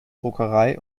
druckerei